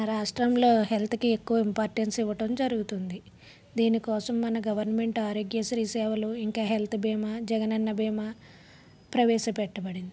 మన రాష్ట్రంలో హెల్త్కి ఎక్కువ ఇంపార్టెన్స్ ఇవ్వటం జరుగుతుంది దీనికోసం మన గవర్నమెంట్ ఆరోగ్యశ్రీ సేవలు ఇంకా హెల్త్ భీమా జగనన్న భీమా ప్రవేశపెట్టబడింది